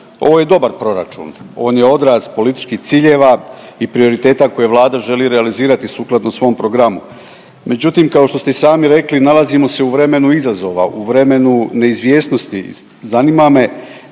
Ovo je dobar proračun. On je odraz političkih ciljeva i prioriteta koje Vlada želi realizirati sukladno svom programu. Međutim, kao što ste i sami rekli nalazimo se u vremenu izazova, u vremenu neizvjesnosti. Zanima me